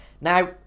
Now